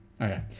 Okay